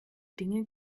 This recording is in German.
dinge